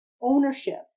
Ownership